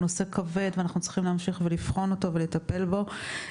זה נושא כבד ואנחנו צריכים להמשיך לבחון ולטפל בו.